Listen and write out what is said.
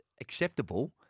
acceptable